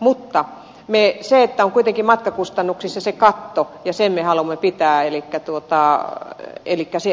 mutta kuitenkin matkakustannuksissa on se katto ja sen me haluamme pitää elikkä